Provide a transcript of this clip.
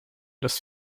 dass